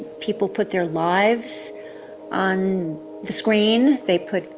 people put their lives on the screen, they put